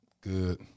Good